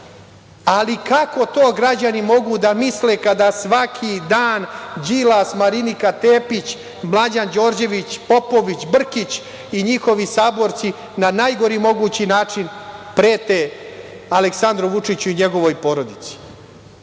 Ali, kako to mogu građani da misle kada svaki dan Đilas, Marinika Tepić, Mlađan Đorđević, Popović, Brkić i njihovi saborci na najgori mogući način prete Aleksandru Vučiću i njegovoj porodici.